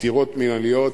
עתירות מינהליות,